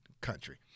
country